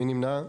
0 נמנעים,